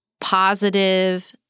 positive